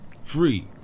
Free